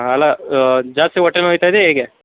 ಅಲ್ಲಾ ಜಾಸ್ತಿ ಹೊಟ್ಟೆ ನೋಯ್ತ ಇದೆಯಾ ಹೇಗೆ